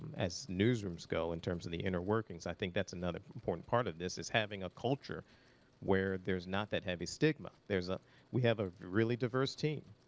um as newsrooms go in terms of the inner workings, i think that's another important part of this, is having a culture where there's not that heavy stigma. there's a we have a really diverse team.